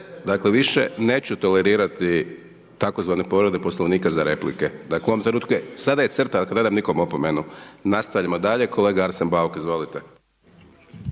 crtu, više neću tolerirati, tzv. povrede poslovnika za replike. Dakle, sada je crta, dakle, nedam nikome opomenu. Nastavljamo dalje, kolega Arsen Bauk, izvolite.